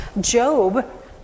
Job